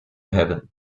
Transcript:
heaven